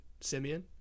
Simeon